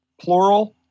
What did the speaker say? Plural